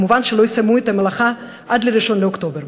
מובן שלא יסיימו את המלאכה עד 1 באוקטובר.